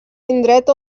indret